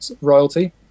royalty